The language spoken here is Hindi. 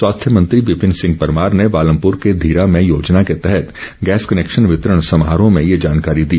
स्वास्थ्य मंत्री विपिन सिंह परमार ने पालमपुर के धीरा में योजना के तहत गैस कनेक्शन वितरण समारोह में ये जानकारी दी